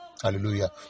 hallelujah